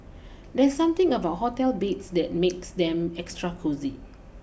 there's something about hotel beds that makes them extra cosy